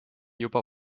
juba